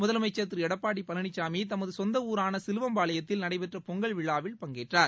முதலமைச்சர் திரு எடப்பாடி பழனிசாமி தமது சொந்த ஊரான சிலுவம்பாளையத்தில் நடைபெற்ற பொங்கல் விழாவில் பங்கேற்றார்